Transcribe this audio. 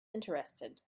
interested